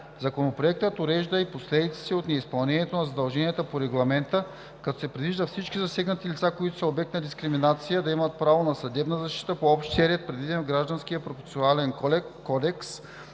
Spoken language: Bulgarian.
Законопроектът урежда и последиците от неизпълнението на задълженията по Регламента, като се предвижда всички засегнати лица, които са обект на дискриминация, да имат право на съдебна защита по общия ред, предвиден в Гражданския процесуален кодекс,